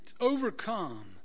overcome